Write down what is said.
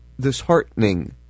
disheartening